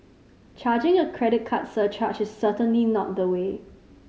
charging a credit card surcharge is certainly not the way